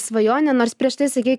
svajonė nors prieš tai sakei